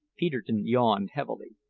peterkin yawned heavily.